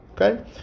Okay